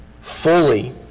fully